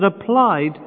applied